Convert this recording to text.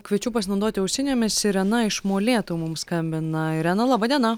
kviečiu pasinaudoti ausinėmis irena iš molėtų mums skambina irena laba diena